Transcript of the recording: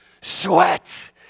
sweat